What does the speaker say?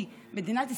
כי במדינת ישראל,